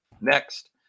Next